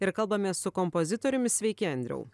ir kalbamės su kompozitoriumi sveiki andriau